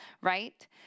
right